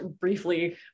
briefly